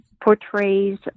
portrays